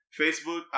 Facebook